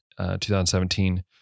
2017